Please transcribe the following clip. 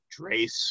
Drace